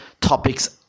Topic's